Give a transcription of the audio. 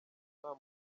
nta